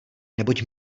neboť